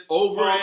over